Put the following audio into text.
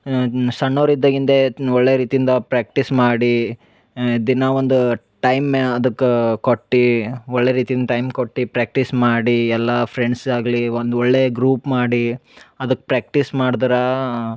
ಸಣ್ಣವ್ರು ಇದ್ದಾಗಿಂದ್ಲೇ ಒಳ್ಳೆಯ ರೀತಿಯಿಂದ ಪ್ರ್ಯಾಕ್ಟೀಸ್ ಮಾಡಿ ದಿನ ಒಂದು ಟೈಮ್ ಅದಕ್ಕೆ ಕೊಟ್ಟು ಒಳ್ಳೆಯ ರೀತಿಂದ ಟೈಮ್ ಕೊಟ್ಟು ಪ್ರ್ಯಾಕ್ಟೀಸ್ ಮಾಡಿ ಎಲ್ಲ ಫ್ರೆಂಡ್ಸ್ ಆಗಲಿ ಒಂದು ಒಳ್ಳೆಯ ಗ್ರೂಪ್ ಮಾಡಿ ಅದಕ್ಕೆ ಪ್ರ್ಯಾಕ್ಟೀಸ್ ಮಾಡ್ದ್ರೆ